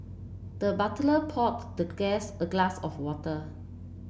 the butler poured the guest a glass of water